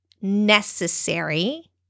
necessary